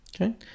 Okay